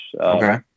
Okay